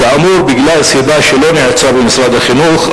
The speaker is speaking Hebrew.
כאמור בגלל סיבה שלא נעוצה במשרד החינוך,